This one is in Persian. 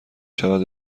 شود